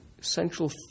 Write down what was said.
central